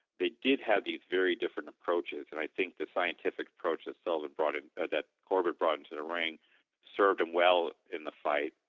they did have these very different approaches and i think the scientific approach that sullivan brought in that corbett brought into the ring served him well in the fight.